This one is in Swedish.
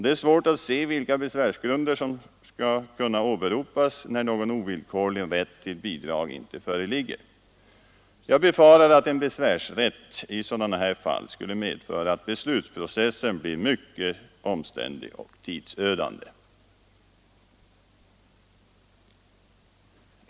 Det är svårt att se vilka besvärsgrunder som skall kunna åberopas, när någon ovillkorlig rätt till bidrag inte föreligger. Jag befarar att en besvärsrätt i sådana här fall skulle medföra att beslutsprocessen blir mycket omständlig och tidsödande.